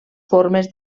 formes